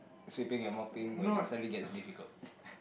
sweeping and mopping when it suddenly gets difficult